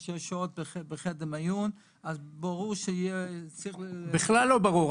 36 שעות בחדר מיון, אז ברור --- בכלל לא ברור.